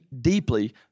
deeply